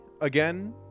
Again